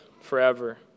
forever